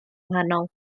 wahanol